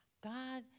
God